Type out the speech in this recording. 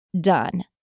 done